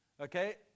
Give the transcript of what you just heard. okay